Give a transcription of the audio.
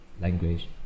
language